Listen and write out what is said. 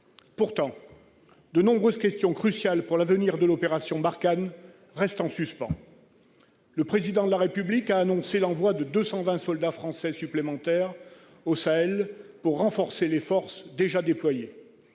Toutefois, de nombreuses questions cruciales pour l'avenir de l'opération Barkhane restent en suspens. Le Président de la République a annoncé l'envoi de 220 soldats français supplémentaires au Sahel en appui des forces déjà déployées.